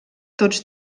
tots